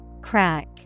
Crack